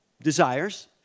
desires